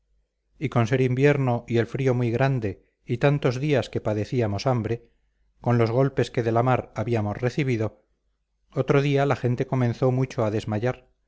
y con ser invierno y el frío muy grande y tantos días que padecíamos hambre con los golpes que de la mar habíamos recibido otro día la gente comenzó mucho a desmayar